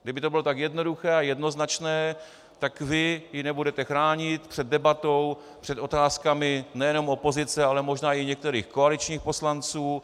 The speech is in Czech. Kdyby to bylo tak jednoduché a jednoznačné, tak ji nebudete chránit před debatou, před otázkami nejenom opozice, ale možná i některých koaličních poslanců.